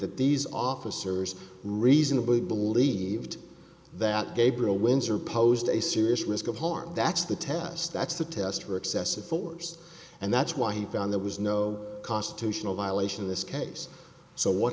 that these officers reasonably believed that gabriel windsor posed a serious risk of harm that's the test that's the test for excessive force and that's why he found there was no constitutional violation in this case so what